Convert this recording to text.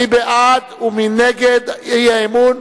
מי בעד ומי נגד האי-אמון,